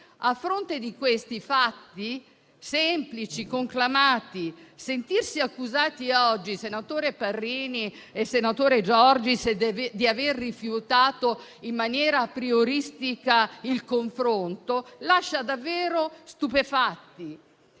A fronte di questi fatti, semplici e conclamati, sentirsi accusati oggi, senatori Parrini e Giorgis, di aver rifiutato in maniera aprioristica il confronto lascia davvero stupefatti.